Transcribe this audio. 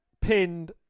pinned